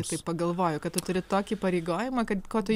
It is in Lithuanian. ir taip pagalvoju kad tu turi tokį įpareigojimą kad ko tu